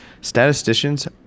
statisticians